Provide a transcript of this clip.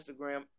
Instagram